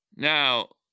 Now